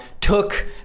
took